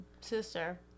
sister